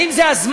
האם זה הזמן?